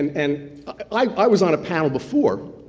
and i was on a panel before,